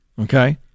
okay